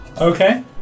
Okay